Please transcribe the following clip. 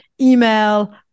email